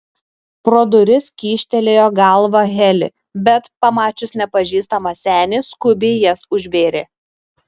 pro duris kyštelėjo galvą heli bet pamačius nepažįstamą senį skubiai jas užvėrė